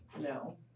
No